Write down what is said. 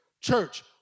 Church